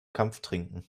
kampftrinken